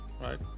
right